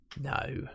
No